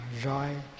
joy